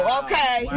okay